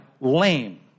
lame